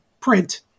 print